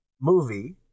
movie